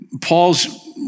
Paul's